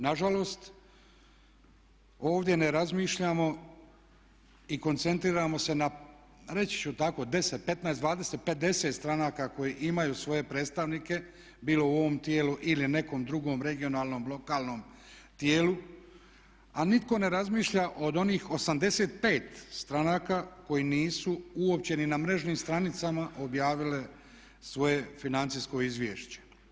Nažalost, ovdje ne razmišljamo i koncentriramo se na reći ću tako 10, 15, 20, 50 stranaka koje imaju svoje predstavnike bilo u ovom tijelu ili nekom drugom regionalnom, lokalnom tijelu a nitko ne razmišlja o onih 85 stranaka koje nisu uopće ni na mrežnim stranicama objavile svoje financijskog izvješće.